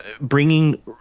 bringing